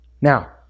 Now